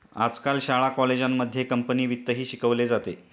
आजकाल शाळा कॉलेजांमध्ये कंपनी वित्तही शिकवले जाते